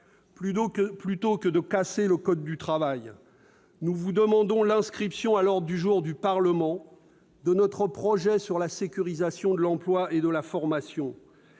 Plutôt que de casser le code du travail, nous vous demandons d'inscrire à l'ordre du jour du Parlement notre proposition de loi pour une sécurité de l'emploi et de la formation.